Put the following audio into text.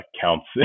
counts